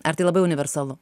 ar tai labai universalu